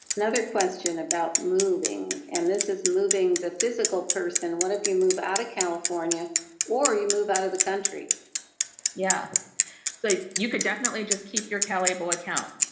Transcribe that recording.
another question about moving and this is moving the physical person what if you move out of california or you move out of the country yeah so you could definitely just keep your calable account